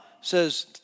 says